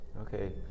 Okay